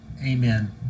Amen